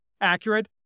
accurate